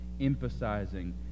emphasizing